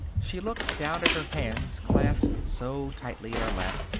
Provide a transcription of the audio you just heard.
she looked down at her hands clasped so tightly in her lap.